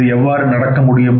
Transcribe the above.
இது எவ்வாறு நடக்க முடியும்